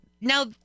now